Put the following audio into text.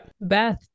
Beth